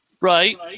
Right